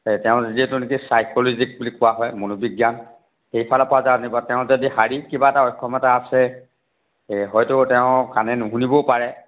তেওঁ নিজে যিটো ছাইক'ল'জি বুলি কোৱা হয় মনোবিজ্ঞান সেইফালৰ পৰা জানিব তেওঁ যদি শাৰীৰিক কিবা এটা অক্ষমতা আছে হয়তো তেওঁ কাণেৰে নুশুনিবও পাৰে